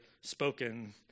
spoken